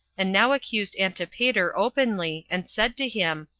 and now accused antipater openly, and said to him,